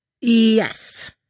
Yes